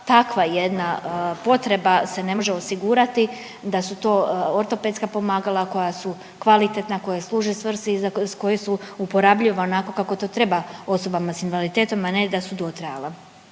takva jedna potreba se ne može osigurati da su to ortopedska pomagala koja su kvalitetna, koja služe svrsi i koje su uporabljive onako kako to treba osobama s invaliditetom, a ne da su dotrajale.